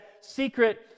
secret